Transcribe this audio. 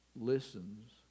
listens